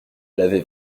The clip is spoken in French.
l’avait